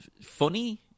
funny